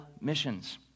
missions